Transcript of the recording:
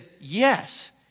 yes